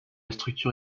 structure